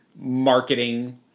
marketing